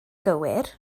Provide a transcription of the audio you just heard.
gywir